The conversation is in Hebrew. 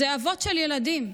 אלו אבות של ילדים.